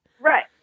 Right